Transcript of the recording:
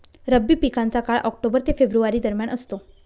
रब्बी पिकांचा काळ ऑक्टोबर ते फेब्रुवारी दरम्यान असतो